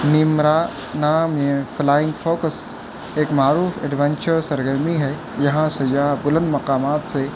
نیمرا نامی flying fox ایک معروف ایڈوینچر سرگرمی ہے جہاں سیاح بلند مقامات سے